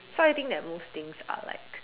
so I think that most things are like